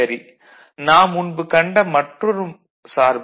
சரி நாம் முன்பு கண்ட மற்றுமொரு சார்பான Fxyz x y